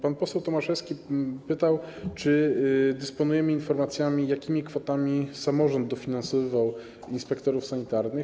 Pan poseł Tomaszewski pytał, czy dysponujemy informacjami, jakimi kwotami samorząd dofinansowywał inspektorów sanitarnych.